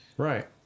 Right